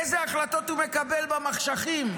אילו החלטות הוא מקבל במחשכים?